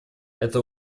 эта